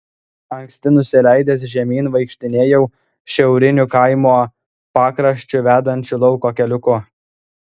anksti nusileidęs žemyn vaikštinėjau šiauriniu kaimo pakraščiu vedančiu lauko keliuku